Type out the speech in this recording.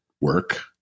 work